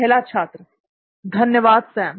पहला छात्र धन्यवाद सैम